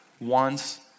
wants